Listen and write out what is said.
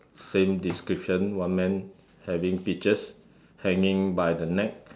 same description one man having peaches hanging by the neck